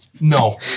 no